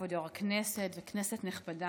כבוד היו"ר וכנסת נכבדה,